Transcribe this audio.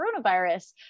coronavirus